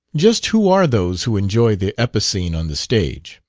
just who are those who enjoy the epicene on the stage?